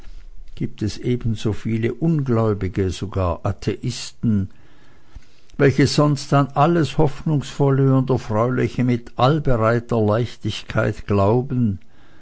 gibt es ebenso viele ungläubige sogar atheisten welche sonst an alles hoffnungsvolle und erfreuliche mit allbereiter leichtigkeit glauben